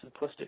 simplistic